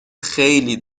خیلی